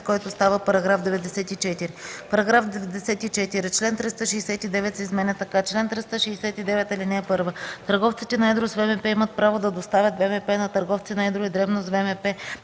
който става § 94: „§ 94. Член 369 се изменя така: „Чл. 369. (1) Търговците на едро с ВМП имат право да доставят ВМП на търговци на едро и дребно с ВМП,